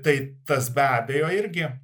tai tas be abejo irgi